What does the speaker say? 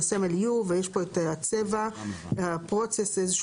יש לנו בהמשך הוראה מאוד דומה אבל משאירה את